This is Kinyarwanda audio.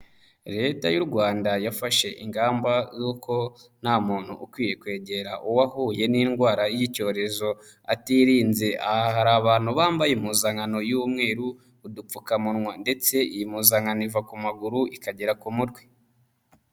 Leta y'u Rwanda yafashe ingamba z'uko nta muntu ukwiye kwegera uwahuye n'indwara y'icyorezo atirinze, aha hari abantu bambaye impuzankano y'umweru, udupfukamunwa ndetse iyi pmuzakano iva ku maguru ikagera ku mutwe.